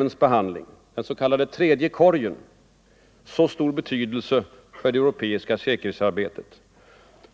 just behandlingen av dessa problem — den s.k. tredje korgen — så stor betydelse för det europeiska säkerhetsarbetet.